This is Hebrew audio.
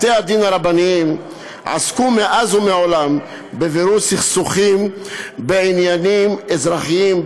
בתי-הדין הרבניים עסקו מאז ומעולם בבירור סכסוכים בעניינים אזרחיים,